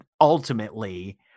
ultimately